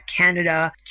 Canada